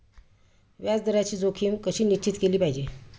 व्याज दराची जोखीम कशी निश्चित केली पाहिजे